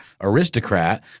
aristocrat